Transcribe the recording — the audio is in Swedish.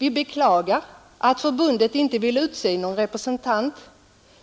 och beklagat att förbundet inte vill utse någon representant.